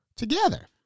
together